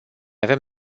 avem